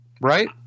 Right